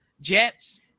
Jets